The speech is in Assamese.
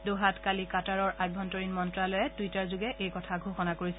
দোহাত কালি কাটাৰৰ আভ্যন্তৰীণ মন্ত্যালয়ে টুইটাৰযোগে এই কথা ঘোষণা কৰিছে